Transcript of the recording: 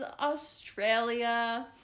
Australia